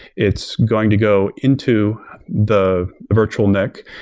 it's going to go into the virtual neck.